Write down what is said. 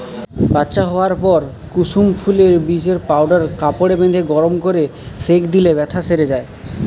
বাচ্চা হোয়ার পর কুসুম ফুলের বীজের পাউডার কাপড়ে বেঁধে গরম কোরে সেঁক দিলে বেথ্যা সেরে যায়